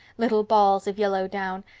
little balls of yellow down.